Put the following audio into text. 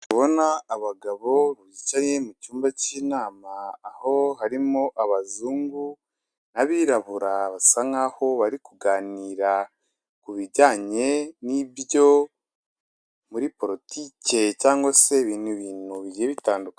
Ndi kubona abagabo bicaye mu cyumba k'inama aho harimo abazungu n'abirabura basa nk'aho bari kuganira ku bijyanye n'ibyo muri politiki cyangwa se ibintu bigiye bitandukanye.